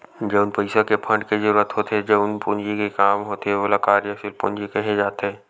जउन पइसा के फंड के जरुरत होथे जउन पूंजी के काम होथे ओला कार्यसील पूंजी केहे जाथे